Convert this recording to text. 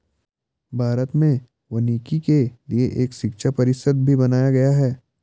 भारत में वानिकी के लिए एक शिक्षा परिषद भी बनाया गया है